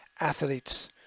athletes